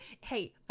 Hey